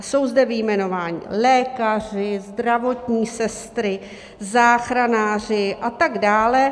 Jsou zde vyjmenování lékaři, zdravotní sestry, záchranáři a tak dále.